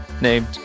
named